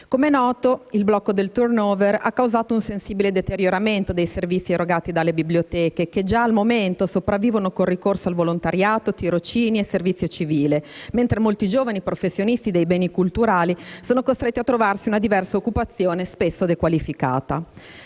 Com'è noto, il blocco del *turnover* ha causato un sensibile deterioramento dei servizi erogati dalle biblioteche che già al momento sopravvivono con il ricorso al volontariato, tirocini e servizio civile mentre molti giovani professionisti dei beni culturali sono costretti a trovarsi una diversa occupazione spesso dequalificata.